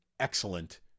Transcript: excellent